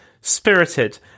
spirited